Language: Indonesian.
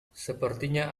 sepertinya